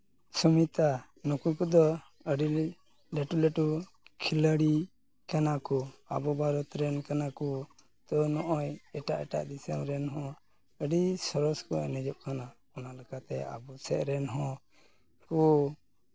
ᱥᱩᱢᱤᱛᱟ ᱱᱩᱠᱩ ᱠᱚᱫᱚ ᱟᱹᱰᱤ ᱞᱟᱹᱴᱩ ᱞᱟᱹᱴᱩ ᱠᱷᱤᱞᱟᱹᱲᱤ ᱠᱟᱱᱟ ᱠᱚ ᱟᱵᱚ ᱵᱷᱟᱨᱚᱛ ᱨᱮᱱ ᱠᱟᱱᱟ ᱠᱚ ᱛᱳ ᱱᱚᱜᱼᱚᱭ ᱮᱴᱟᱜ ᱮᱴᱟᱜ ᱫᱤᱥᱟᱹᱢ ᱨᱮᱱ ᱦᱚᱸ ᱟᱹᱰᱤ ᱥᱚᱨᱮᱥ ᱠᱚ ᱮᱱᱮᱡᱚᱜ ᱠᱟᱱᱟ ᱚᱱᱟ ᱞᱮᱠᱟᱛᱮ ᱟᱵᱚ ᱥᱮᱜ ᱨᱮᱱ ᱦᱚᱸ ᱩᱱᱠᱩ